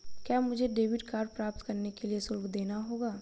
क्या मुझे debit card प्राप्त करने के लिए शुल्क देना होगा?